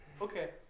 Okay